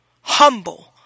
humble